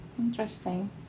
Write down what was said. Interesting